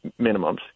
minimums